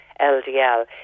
LDL